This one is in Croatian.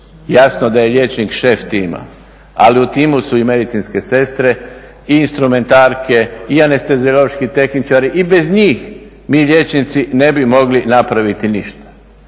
jasno da je liječnik šef tima, ali u timu su i medicinske sestre i instrumentarke i anesteziološki tehničar i bez njih mi liječnici ne bi mogli napraviti ništa.